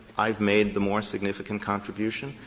i've made the more significant contribution,